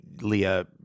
Leah